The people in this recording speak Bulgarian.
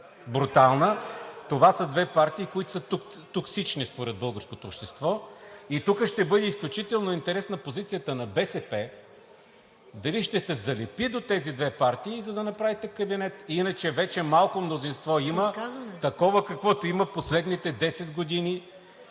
брутална. Това са две партии, които са токсични според българското общество, и тук ще бъде изключително интересна позицията на БСП – дали ще се залепи до тези две партии, за да направите кабинет? Иначе вече малко мнозинство има – такова, каквото има последните десет години.